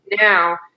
now